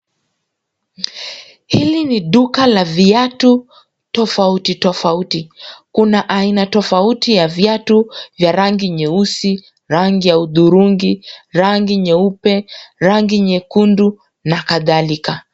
Hili ni duka la viatu tofauti tofauti. Kuna aina tofauti ya viatu vya rangi nyeusi, rangi ya uthurungi, rangi nyeupe, rangi nyekundu na kathalika.